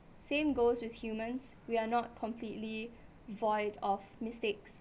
same goes with humans we're not completely void of mistakes